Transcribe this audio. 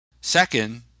Second